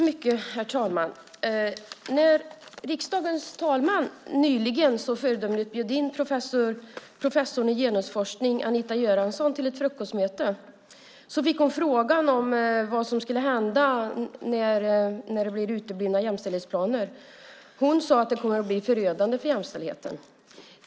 Herr talman! När riksdagens talman nyligen så föredömligt bjöd in professorn i genusforskning Anita Göransson till ett frukostmöte fick hon frågan om vad som skulle hända om jämställdhetsplaner uteblir. Hon sade att det kommer att bli förödande för jämställdheten.